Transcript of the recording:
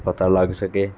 ਪਤਾ ਲੱਗ ਸਕੇ